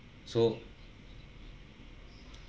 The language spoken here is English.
so